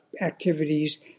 activities